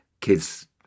kids